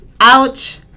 Ouch